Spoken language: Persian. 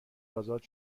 ازاد